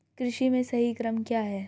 कृषि में सही क्रम क्या है?